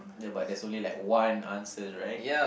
ya but there's only like one answer right